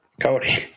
Cody